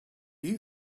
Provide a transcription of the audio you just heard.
you